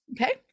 Okay